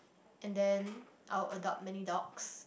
and then I will adopt many dogs